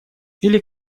или